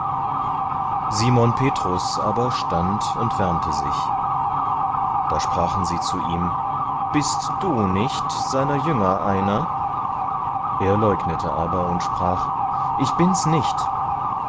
simon petrus aber stand und wärmte sich da sprachen sie zu ihm bist du nicht seiner jünger einer er leugnete aber und sprach ich bin's nicht